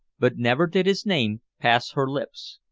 but never did his name pass her lips.